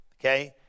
Okay